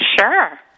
Sure